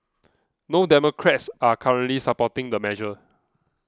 no Democrats are currently supporting the measure